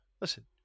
Listen